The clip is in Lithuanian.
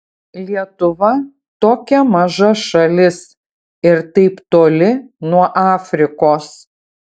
lietuva tokia maža šalis ir taip toli nuo afrikos